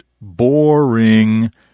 Boring